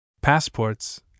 Passports